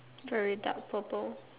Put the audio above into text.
very dark purple